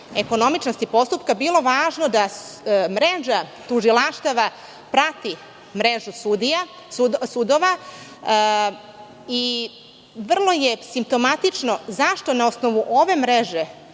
ekonomičnosti postupka bilo važno da mreža tužilaštava prati mrežu sudova. Vrlo je simptomatično zašto na osnovu ove mreže